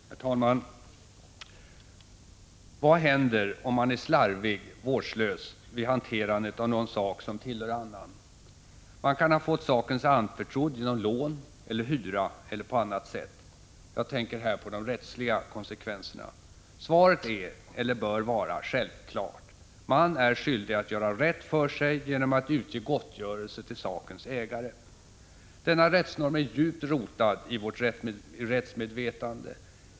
Herr talman! Vad händer om man är slarvig, vårdslös, vid hanterandet av en sak som tillhör annan? Man kan ha fått saken sig anförtrodd genom lån eller hyra eller på annat sätt. Jag tänker här på de rättsliga konsekvenserna. Svaret är, eller bör vara, självklart: Man är skyldig att göra rätt för sig genom att utge gottgörelse till sakens ägare. Denna rättsnorm är djupt rotad i vårt rättsmedvetande.